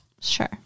sure